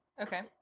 Okay